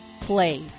Play